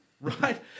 Right